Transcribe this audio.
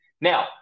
Now